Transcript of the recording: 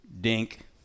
dink